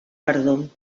verdun